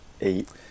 eight